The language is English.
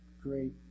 great